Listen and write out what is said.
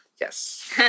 Yes